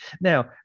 Now